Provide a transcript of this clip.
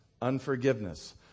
unforgiveness